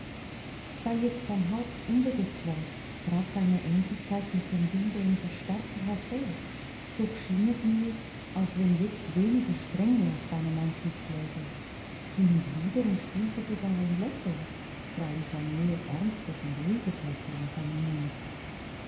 da jetzt sein haupt unbedeckt war trat seine ähnlichkeit mit dem bilde um so stärker hervor doch schien es mir als wenn jetzt weniger strenge auf seinem antlitz läge hin und wieder umspielte sogar ein lächeln freilich ein mehr ernstes und ruhiges lächeln seinen mund